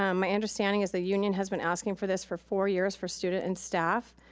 um my understanding is the union has been asking for this for four years for student and staff,